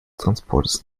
transportes